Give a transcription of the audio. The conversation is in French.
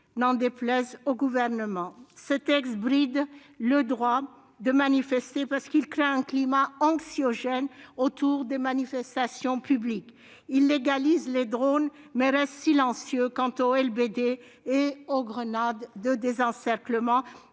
n'en déplaise au Gouvernement. Ce texte bride le droit de manifester, parce qu'il crée un climat anxiogène autour des manifestations publiques. Il légalise les drones, mais reste silencieux quant aux LBD et grenades de désencerclement,